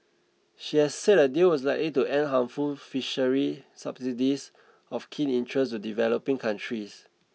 she has said a deal was likely to end harmful fisheries subsidies of keen interest to developing countries